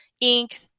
ink